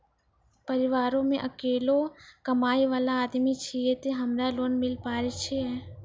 परिवारों मे अकेलो कमाई वाला आदमी छियै ते हमरा लोन मिले पारे छियै?